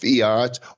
Fiat